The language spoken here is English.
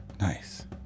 Nice